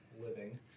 living